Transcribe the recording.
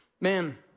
man